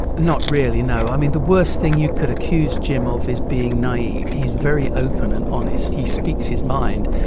not really, no. i mean, the worst thing you could accuse jim of is being naive. he's very open and honest. he speaks his mind.